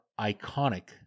iconic